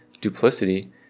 duplicity